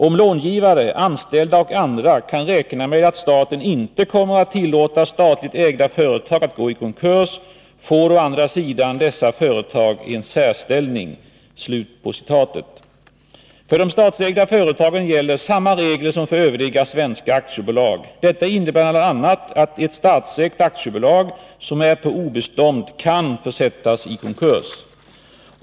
Om långivare, anställda och andra kan räkna med att staten inte kommer att tillåta statligt ägda företag att gå i konkurs får å andra sidan dessa företag en särställning.” För de statsägda företagen gäller samma regler som för övriga svenska aktiebolag. Detta innebär bl.a. att ett statsägt aktiebolag som är på obestånd kan försättas i konkurs.